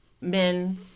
men